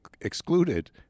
excluded